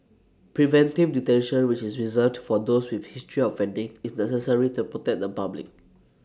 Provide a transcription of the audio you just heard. preventive detention which is reserved for those with history offending is necessary to protect the public